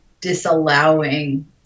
disallowing